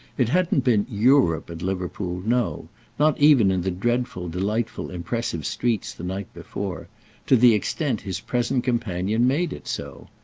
it hadn't been europe at liverpool no not even in the dreadful delightful impressive streets the night before to the extent his present companion made it so.